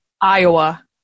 Iowa